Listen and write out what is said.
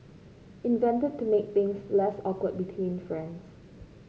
invented to make things less awkward between friends